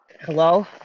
Hello